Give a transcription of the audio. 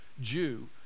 Jew